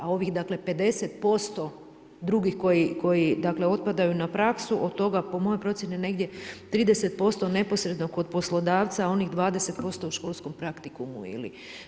A ovih, dakle 50% drugih koji dakle otpadaju na praksu od toga po mojoj procjeni negdje 30% neposredno kod poslodavca, a onih 20% u školskom praktikumu ili.